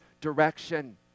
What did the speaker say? direction